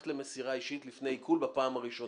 למסירה אישית לפני עיקול בפעם הראשונה.